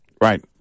Right